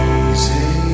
easy